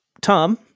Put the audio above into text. Tom